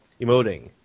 emoting